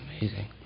amazing